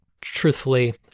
truthfully